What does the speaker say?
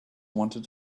wanted